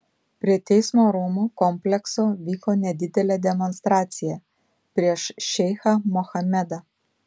prie teismo rūmų komplekso vyko nedidelė demonstracija prieš šeichą mohamedą